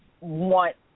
want